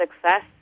success